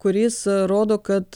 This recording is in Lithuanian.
kuris rodo kad